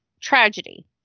tragedy